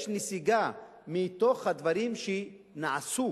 יש נסיגה מהדברים שנעשו,